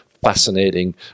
fascinating